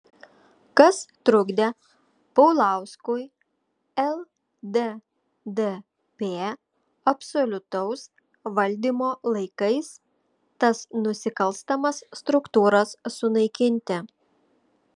kas trukdė paulauskui lddp absoliutaus valdymo laikais tas nusikalstamas struktūras sunaikinti